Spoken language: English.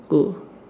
go